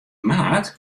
maart